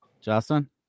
Justin